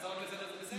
הצעות לסדר-היום זה בסדר?